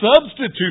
substitute